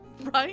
Right